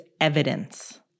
evidence